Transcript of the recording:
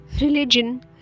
Religion